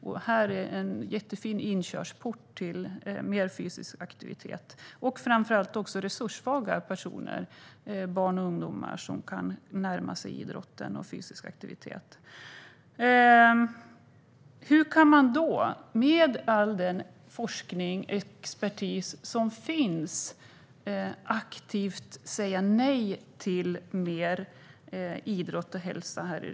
Det här är en jättefin inkörsport till mer fysisk aktivitet. Framför allt gäller detta resurssvaga personer, barn och ungdomar som kan närma sig idrotten och fysisk aktivitet. Hur kan man då, med all den forskning och expertis som finns, här i riksdagen aktivt säga nej till mer idrott och hälsa?